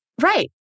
Right